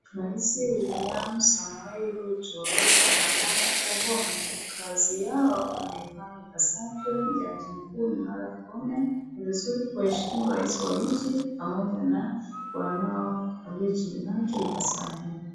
Rais William Samoei Ruto yuko na Martha Koome. Kazi yao wanaifanya ipasavyo. Jaji mkuu ni Martha Koome. Ni vizuri kuheshimu rais wa nchi pamoja na wanao walio chini yake ipasavyo.